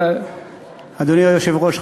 אדוני היושב-ראש,